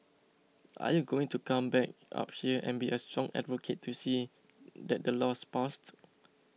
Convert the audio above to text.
are you going to come back up here and be a strong advocate to see that the law's passed